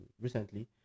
recently